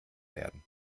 werden